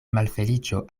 malfeliĉo